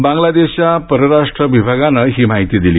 बांगलादेशाच्या परराष्ट्र विभागन ही माहिती दिली